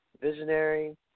visionary